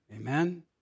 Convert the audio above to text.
Amen